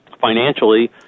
financially